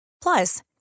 Plus